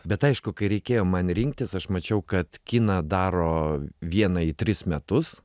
bet aišku kai reikėjo man rinktis aš mačiau kad kiną daro vieną į tris metus